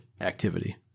activity